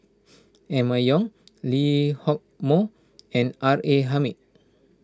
Emma Yong Lee Hock Moh and R A Hamid